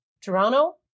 Toronto